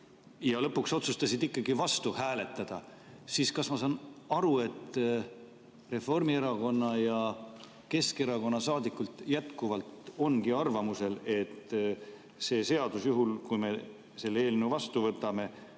lõpuks otsustasid ikkagi vastu hääletada, siis ma saan aru, et Reformierakonna ja Keskerakonna saadikult jätkuvalt ongi arvamusel, et see seadus, juhul kui me selle eelnõu vastu võtame,